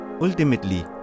Ultimately